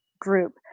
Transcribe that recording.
group